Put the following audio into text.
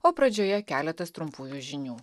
o pradžioje keletas trumpųjų žinių